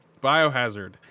biohazard